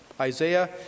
Isaiah